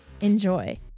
Enjoy